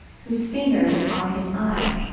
whose fingers are his eyes,